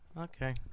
Okay